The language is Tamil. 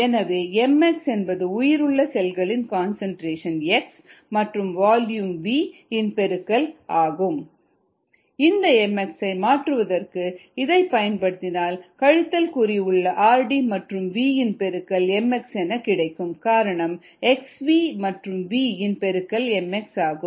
எனவே mx என்பது உயிருள்ள செல்களின் கன்சன்ட்ரேஷன் மற்றும் வால்யூமின் பெருக்கல் ஆகும் 𝑚𝑥 𝑥𝑣 𝑉 இந்த mx ஐ மாற்றுவதற்கு இதைப் பயன்படுத்தினால் கழித்தல் குறி உள்ள rd மற்றும் V இன் பெருக்கல் mx என கிடைக்கும் காரணம் xv மற்றும் V இன் பெருக்கல் mx ஆகும்